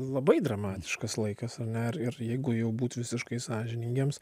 labai dramatiškas laikas ar ne ir ir jeigu jau būt visiškai sąžiningiems